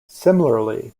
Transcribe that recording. similarly